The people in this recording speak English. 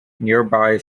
nearby